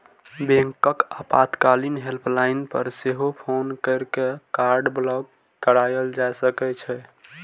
बैंकक आपातकालीन हेल्पलाइन पर सेहो फोन कैर के कार्ड ब्लॉक कराएल जा सकै छै